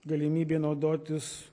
galimybė naudotis